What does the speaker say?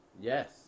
Yes